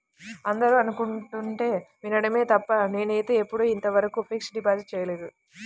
అందరూ అనుకుంటుంటే వినడమే తప్ప నేనైతే ఎప్పుడూ ఇంతవరకు ఫిక్స్డ్ డిపాజిట్ చేయలేదు